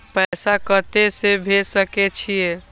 पैसा कते से भेज सके छिए?